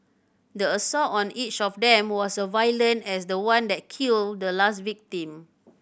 the assault on each of them was a violent as the one that killed the last victim